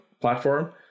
platform